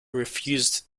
refused